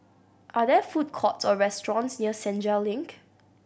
are there food courts or restaurants near Senja Link